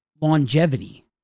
longevity